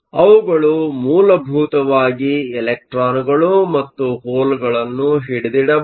ಅವುಗಳು ಮೂಲಭೂತವಾಗಿ ಎಲೆಕ್ಟ್ರಾನ್ಗಳು ಮತ್ತು ಹೋಲ್ ಗಳನ್ನು ಹಿಡಿದಿಡಬಹುದು